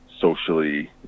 socially